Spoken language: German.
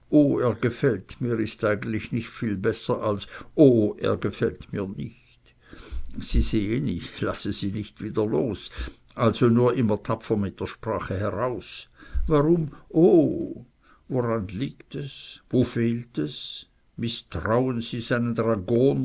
gefällt mir ist eigentlich nicht viel besser als o er gefällt mir nicht sie sehen ich lasse sie nicht wieder los also nur immer tapfer mit der sprache heraus warum nur o woran liegt es wo fehlt es mißtrauen sie